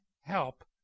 help